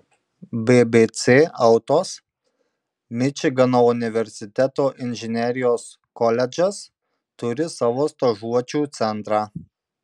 bbc autos mičigano universiteto inžinerijos koledžas turi savo stažuočių centrą